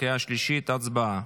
קריאה שלישית, הצבעה.